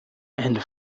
and